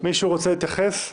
מישהו רוצה להתייחס?